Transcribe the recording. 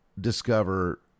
discover